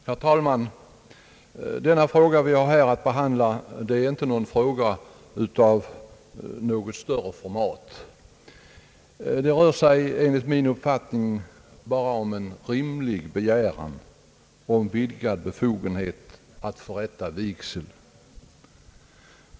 Herr talman! Den fråga vi nu har att behandla är inte av något större format. Det rör sig enligt min uppfattning bara om en rimlig begäran om vidgad befogenhet att förrätta vigsel.